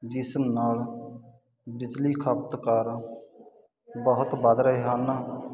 ਜਿਸ ਨਾਲ ਬਿਜਲੀ ਖਪਤਕਾਰਾਂ ਬਹੁਤ ਵਧ ਰਹੇ ਹਨ